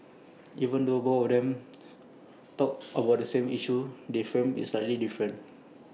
even though both of them talked about the same issue they framed IT slightly different